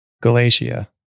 Galatia